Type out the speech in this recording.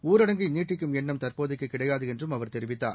ஊரடங்கை நீட்டிக்கும் எண்ணம் தற்போதைக்கு கிடையாது என்றும் அவர் தெரிவித்தார்